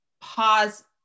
pause